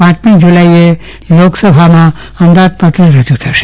પાંચમી જુલાઈએ લોકસભામાં અંદાજપત્ર રજુ થશે